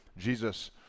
Jesus